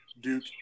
Duke